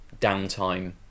downtime